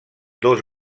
dos